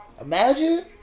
Imagine